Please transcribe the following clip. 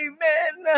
Amen